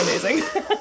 amazing